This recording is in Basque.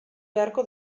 beharko